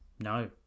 No